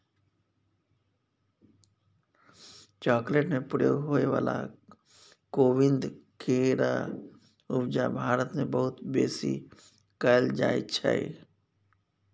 chocolate में प्रयोग होइ बला कोविंद केर उपजा भारत मे बहुत बेसी कएल जाइ छै